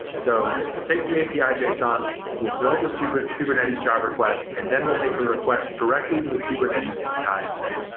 so, we'll take the api ah json, we'll build this kubernetes kubernetes job request and then we'll make a request directly to the kubernetes api and say,